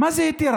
מה זה "התירה"?